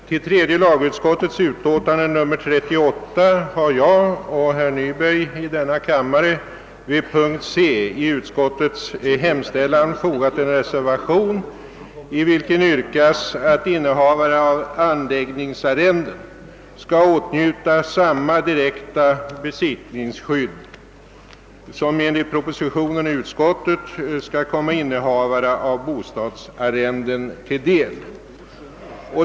Till tredje lagutskottets utlåtande nr 38 har jag och herr Nyberg i denna kammare vid punkten C i utskottets hemställan fogat en reservation, i vilken yrkas att innehavare av anläggningsarrende skall åtnjuta samma direkta besittningsskydd som enligt propositionens och utskottsmajoritetens förslag skall komma innehavare av bostadsarrende till del.